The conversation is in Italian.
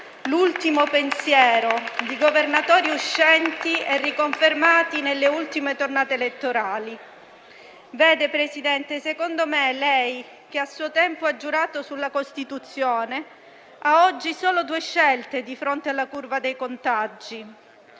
l'ultimo pensiero di governatori uscenti e riconfermati nelle ultime tornate elettorali. Vede, Presidente, secondo me lei, che a suo tempo ha giurato sulla Costituzione, ha oggi solo due scelte di fronte alla curva dei contagi: